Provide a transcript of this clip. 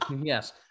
Yes